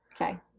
Okay